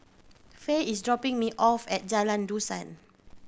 Faye is dropping me off at Jalan Dusan